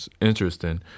interesting